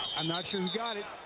i'm not sure who got it.